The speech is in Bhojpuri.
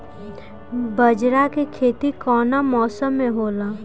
बाजरा के खेती कवना मौसम मे होला?